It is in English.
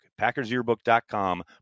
Packersyearbook.com